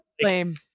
Lame